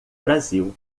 brasil